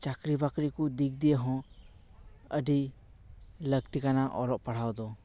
ᱪᱟᱹᱠᱨᱤ ᱵᱟᱹᱠᱨᱤ ᱠᱚ ᱫᱤᱠ ᱫᱤᱭᱮ ᱦᱚᱸ ᱟᱹᱰᱤ ᱞᱟᱹᱠᱛᱤ ᱠᱟᱱᱟ ᱚᱞᱚᱜ ᱯᱟᱲᱦᱟᱣ ᱫᱚ